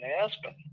Aspen